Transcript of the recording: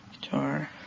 Guitar